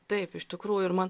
taip iš tikrųjų ir man